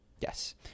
Yes